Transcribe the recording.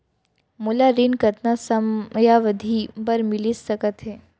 मोला ऋण कतना समयावधि भर मिलिस सकत हे?